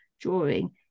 drawing